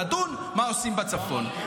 לדון מה עושים בצפון.